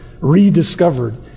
rediscovered